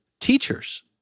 teachers